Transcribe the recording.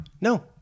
No